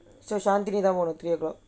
so shanthini that [one] three o'clock